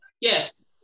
Yes